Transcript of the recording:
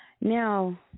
now